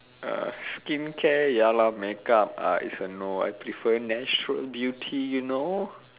uh skincare ya lah make up uh is a no I prefer natural beauty you know